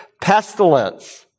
pestilence